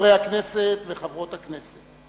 חברי הכנסת וחברות הכנסת,